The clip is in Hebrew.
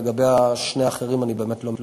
לגבי שני האחרים אני באמת לא מכיר.